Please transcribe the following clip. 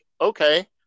okay